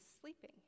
sleeping